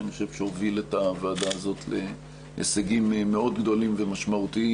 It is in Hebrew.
שאני חושב שהוביל את הוועדה הזאת להישגים מאוד גדולים ומשמעותיים.